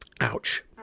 Ouch